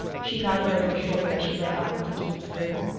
she nodded over her shoulder as she went on into keith's room.